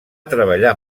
treballar